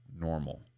normal